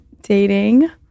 dating